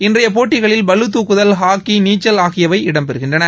இன்றைய போட்டிகளில் பளுதூக்குதல் ஹாக்கி நீச்சல் ஆகியவை இடம்பெறுகின்றன